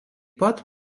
pat